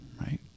right